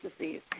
disease